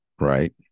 Right